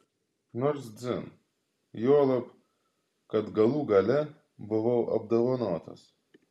nors dzin juolab kad galų gale buvau apdovanotas